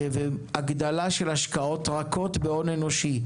הגדלה של השקעות רכות בהון אנושי: